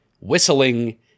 whistling